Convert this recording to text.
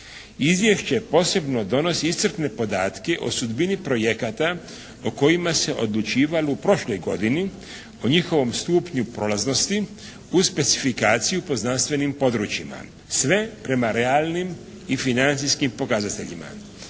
Izvješće posebno donosi iscrpne podatke o sudbini projekata o kojima se odlučivalo u prošloj godini, o njihovom stupnju prolaznosti uz specifikaciju po znanstvenim područjima, sve prema realnim i financijskim pokazateljima.